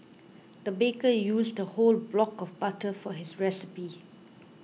the baker used a whole block of butter for his recipe